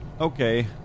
okay